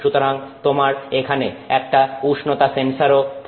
সুতরাং তোমার এখানে একটা উষ্ণতা সেন্সরও থাকবে